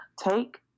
take